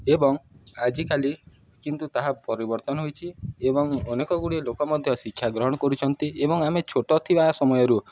ଏବଂ ଆଜିକାଲି କିନ୍ତୁ ତାହା ପରିବର୍ତ୍ତନ ହୋଇଛିି ଏବଂ ଅନେକ ଗୁଡ଼ିଏ ଲୋକ ମଧ୍ୟ ଶିକ୍ଷା ଗ୍ରହଣ କରୁଛନ୍ତି ଏବଂ ଆମେ ଛୋଟ ଥିବା ସମୟରୁ